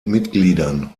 mitgliedern